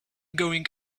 going